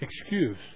excuse